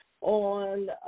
on